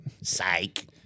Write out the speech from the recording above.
Psych